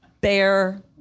bear